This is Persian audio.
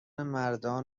مردان